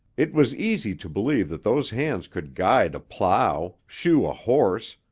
it was easy to believe that those hands could guide a plow, shoe a horse,